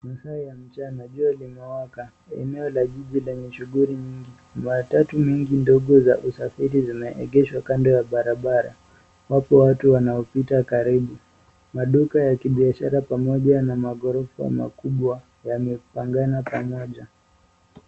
Masaa ya mchana jua limewaka. Eneo la jiji lenye shughuli nyingi. Matatu mingi ndogo za usafiri zimeegeshwa kando ya barabara. Wapo watu wanaopita karibu. Maduka ya kibiashara pamoja na magorofa makubwa yamepangana pamoja.